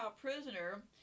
prisoner